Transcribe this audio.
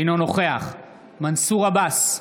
אינו נוכח מנסור עבאס,